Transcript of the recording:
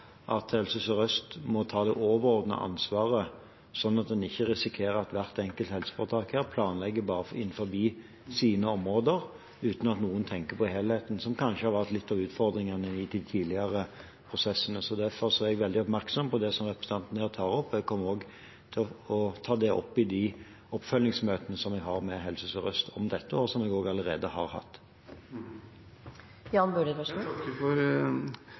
at Helse Sør-Øst må ta det overordnede ansvaret, slik at en ikke risikerer at hvert enkelt helseforetak planlegger bare innenfor sine områder uten at noen tenker på helheten, noe som kanskje har vært litt av utfordringen i de tidligere prosessene. Derfor er jeg veldig oppmerksom på det som representanten her tar opp. Jeg kommer også til å ta det opp i de oppfølgingsmøtene jeg har med Helse Sør-Øst om dette, og som jeg også allerede har hatt. Jeg takker for